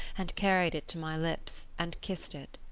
and carried it to my lips, and kissed it.